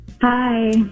Hi